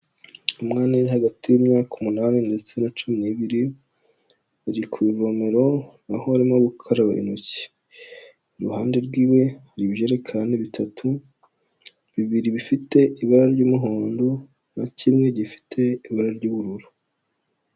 Umwana uri hagati y'imyaka umunani ndetse na cumi n'ibiri ari ku ivomero aho arimo gukaraba intoki, iruhande rw'iwe hari ibijerekani bitatu, bibiri bifite ibara ry'umuhondo na kimwe gifite ibara ry'ubururu.